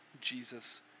Jesus